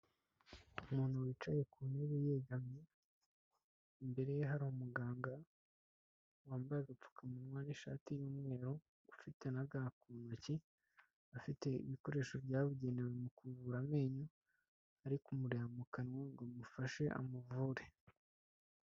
Umuntu wicaye ku ntebe yegamye, imbere ye hari umuganga wambaye agapfukamunwa n'ishati y'umweru ufite nagaha ku ntoki, afite ibikoresho byabugenewe mu kuvura amenyo, ari kumureba mu kanwa ngo amufashe amuvure.